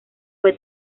fue